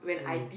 mm